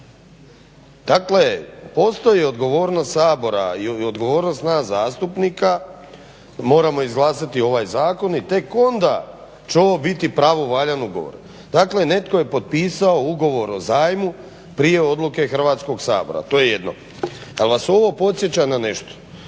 Dakle postoji odgovornost Sabora i odgovornost nas zastupnika, moramo izglasati ovaj zakon i tek onda će ovo biti pravovaljani ugovor. Dakle netko je potpisao ugovor o zajmu prije odluke Hrvatskog sabora, to je jedno. Jel vas ovo podsjeća na nešto?